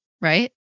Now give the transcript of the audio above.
Right